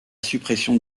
suppression